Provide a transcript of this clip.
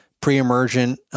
pre-emergent